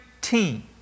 team